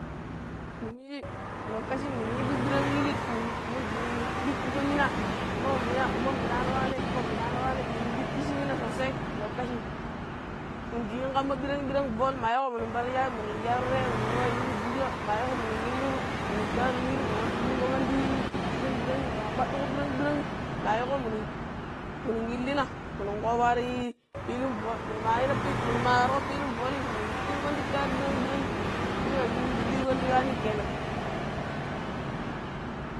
ni minji lokaci muni yiji ɓiran illi mun munn ɗi ɗickijo minah "moh" mina, moh minano waneh mo minano waneh minu dickici minah sosai lokaci minun ɗu yun kamma ɓiranɓiran, mayiko minu pallu shappii munun ce tureh minun wa yiru jucla, mayiko minun illuru munnun karo miru munun wattu ɗunko mandi ɓiranɓbiran munu ma kwaɗogo ɓiranɓiran i mayiko, munu illinah munu koɓo waroi pilin balli minuma yina minu ma warruko pilin balloyi minu yiru mandi kari ɓiran ɓiran minje weici minu dikon ta yuwani kenan.